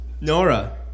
Nora